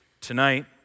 tonight